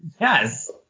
Yes